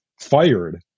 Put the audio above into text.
fired